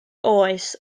oes